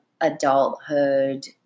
adulthood